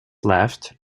left